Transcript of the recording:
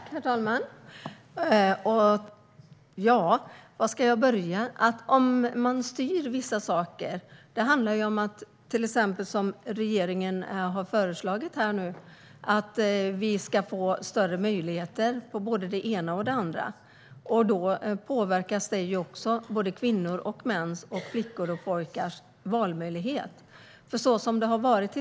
Herr talman! Var ska jag börja? Att styra vissa saker handlar till exempel om det som regeringen har föreslagit om att vi ska få större möjligheter vad gäller både det ena och det andra. Detta påverkar kvinnors, mäns, flickors och pojkars valmöjlighet.